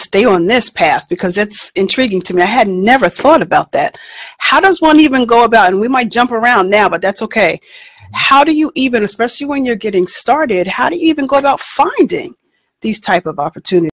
stay on this path because that's intriguing to me i had never thought about that how does one even go about my jump around now but that's ok how do you even especially when you're getting started how do you even go about finding these type of opportunity